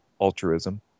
altruism